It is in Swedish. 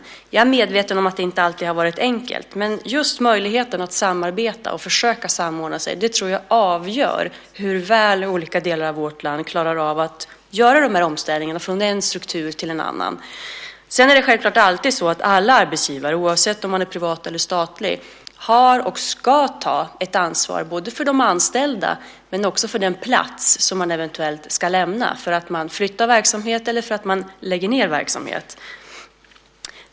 Jag är medveten om att det inte alltid har varit enkelt, men just möjligheten att samarbeta och försöka samordna sig tror jag avgör hur väl olika delar av vårt land klarar av att göra de här omställningarna från en struktur till en annan. Det är självklart så att alla arbetsgivare, oavsett om de är privata eller statliga, har och ska ta ett ansvar för de anställda men också för den plats som de eventuellt ska lämna för att man flyttar verksamhet eller för att man lägger ned verksamhet.